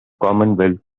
commonwealth